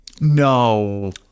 no